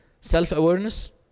self-awareness